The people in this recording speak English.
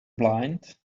blind